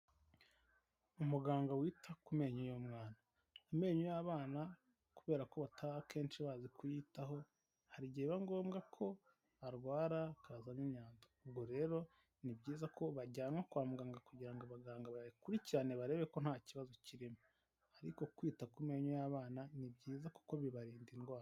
Umuganga wita ku menyo y'umwana. Amenyo y'abana kubera ko bataba akenshi bazi kuyitaho, hari igihe biba ngombwa ko arwara akazamo imyanda. Ubwo rero ni byiza ko bajyanwa kwa muganga kugira ngo abaganga bayakurikirane barebe ko nta kibazo kirimo. Ariko kwita ku menyo y'abana ni byiza kuko bibarinda indwara.